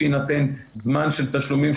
שיינתן זמן של תשלומים,